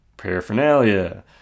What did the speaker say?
Paraphernalia